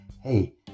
hey